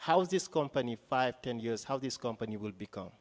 is this company five ten years how this company will become